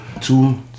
two